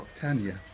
tanya.